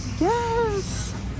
Yes